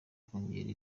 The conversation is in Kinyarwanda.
kongera